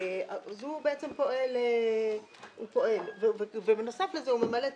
הוא פועל, ובנוסף לזה הוא ממלא תפקידים,